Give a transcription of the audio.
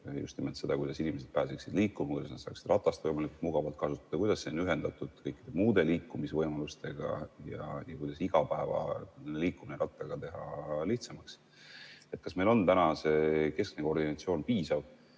just nimelt seda, kuidas inimesed pääseksid liikuma, kuidas nad saaksid ratast võimalikult mugavalt kasutada, kuidas see on ühendatud kõikide muude liikumisvõimalustega ja kuidas teha igapäevaliikumine rattaga lihtsamaks? Kas meil on see keskne koordinatsioon piisav